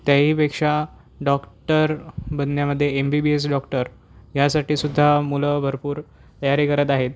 त्याहीपेक्षा डॉक्टर बनण्यामध्ये M B B S doctor ह्यासाठीसुद्धा मुलं भरपूर तयारी करत आहेत